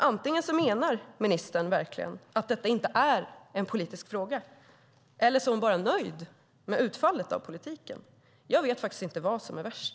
Antingen menar ministern verkligen att detta inte är en politisk fråga eller så är hon bara nöjd med utfallet av politiken. Jag vet inte vad som är värst.